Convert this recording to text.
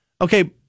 Okay